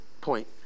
point